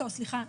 סליחה,